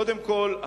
קודם כול,